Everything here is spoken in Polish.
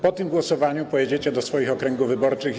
Po tym głosowaniu pojedziecie do swoich okręgów wyborczych i